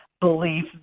belief